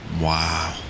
Wow